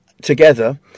together